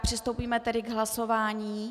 Přistoupíme tedy k hlasování.